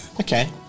Okay